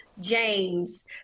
James